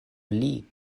pli